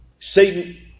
Satan